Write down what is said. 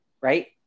right